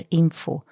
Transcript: info